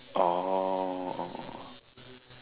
oh oh oh